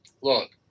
look